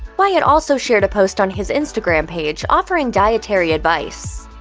wyatt also shared a post on his instagram page, offering dietary advice.